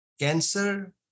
cancer